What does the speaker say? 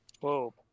whoa